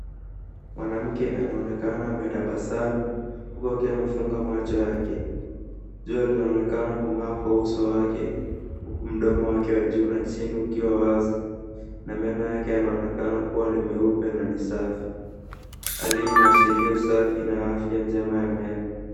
Mwanamke anaonekana ametabasamu huku akiwa amefunga macho yake. Jua linaonekana kung'aa kwa uso wake huku mdomo wake wa juu na chini ukiwa wazi na meno yake yanaonekana kuwa ni meupe na ni safi. Hali hii inaashiria usafi na afya njema ya meno.